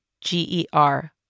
G-E-R